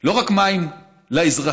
לא רק מים לאזרחים